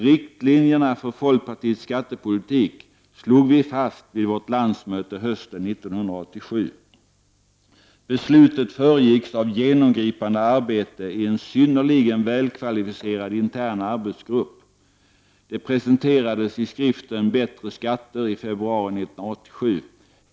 Riktlinjerna för folkpartiets skattepolitik slog vi fast vid vårt landsmöte hösten 1987. Beslutet föregicks av ett genomgripande arbete i en synnerligen välkvalificerad intern arbetsgrupp. Det presenterades i skriften ”Bättre skatter” i februari 1987.